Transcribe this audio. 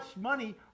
money